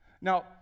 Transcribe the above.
Now